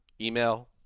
Email